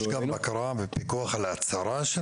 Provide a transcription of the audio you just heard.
יש גם בקרה ופיקוח על ההצהרה?